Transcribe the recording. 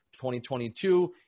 2022